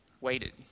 waited